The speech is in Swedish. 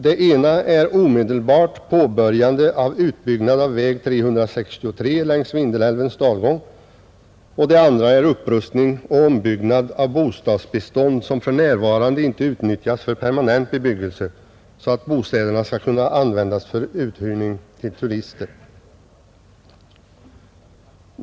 Det ena är ett omedelbart påbörjande av utbyggnaden av väg 363 längs Vindelälvens dalgång, och det andra är en upprustning och ombyggnad av det bostadsbestånd som för närvarande inte utnyttjas för permanent bebyggelse längs Vindelälven för att detta skall kunna användas för uthyrning till turister.